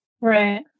Right